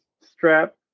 strap